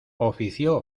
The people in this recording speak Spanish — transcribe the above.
ofició